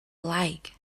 like